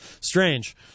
strange